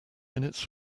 minutes